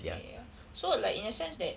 ya so like in a sense that